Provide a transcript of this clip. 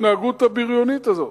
ההתנהגות הבריונית הזאת?